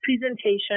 presentation